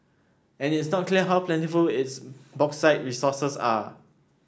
and it's not clear how plentiful its bauxite resources are